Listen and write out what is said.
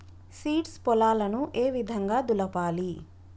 Seeds పొలాలను ఏ విధంగా దులపాలి?